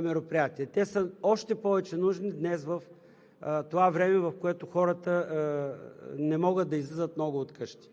мероприятия, те са още повече нужни днес в това време, в което хората не могат да излизат много от вкъщи.